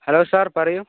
hello sir പറയൂ